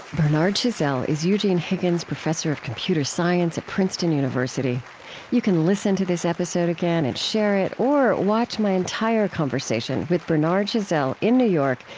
bernard chazelle is eugene higgins professor of computer science at princeton university you can listen to this episode again and share it, or watch my entire conversation with bernard chazelle in new york,